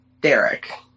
Derek